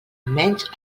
almenys